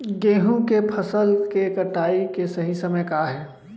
गेहूँ के फसल के कटाई के सही समय का हे?